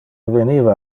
veniva